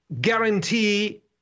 guarantee